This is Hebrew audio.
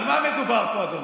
על מה מדובר פה, אדוני?